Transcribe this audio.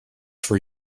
for